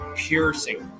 piercing